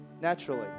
Naturally